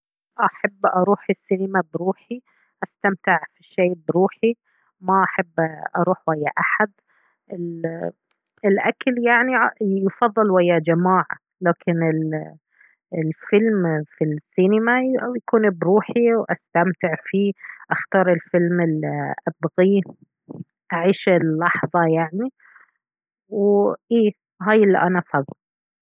أحب أروح السينما بروحي أستمتع في الشي بروحي ما أحب أروح ويا أحد الأكل يعني يفضل ويا جماعة لكن الفيلم في السينما يكون بروحي وأستمتع فيه أختار الفيلم الي أبغيه أعيش اللحظة يعني وإي هاي الي أنا افضله